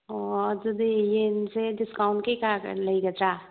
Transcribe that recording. ꯑꯣ ꯑꯗꯨꯗꯤ ꯌꯦꯟꯁꯦ ꯗꯤꯁꯀꯥꯎꯟ ꯀꯩꯀꯥꯒ ꯂꯩꯒꯗ꯭ꯔꯥ